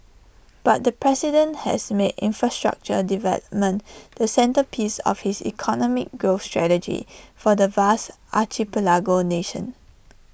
but the president has made infrastructure development the centrepiece of his economic growth strategy for the vast archipelago nation